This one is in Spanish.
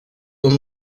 los